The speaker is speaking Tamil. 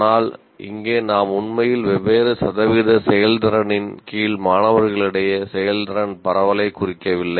ஆனால் இங்கே நாம் உண்மையில் வெவ்வேறு சதவீத செயல்திறனின் கீழ் மாணவர்களிடையே செயல்திறன் பரவலைக் குறிக்கவில்லை